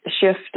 shift